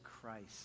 Christ